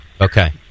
Okay